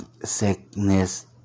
sickness